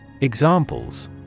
Examples